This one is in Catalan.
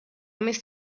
més